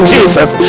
Jesus